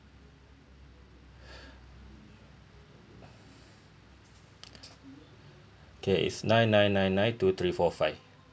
okay it's nine nine nine nine two three four five